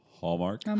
Hallmark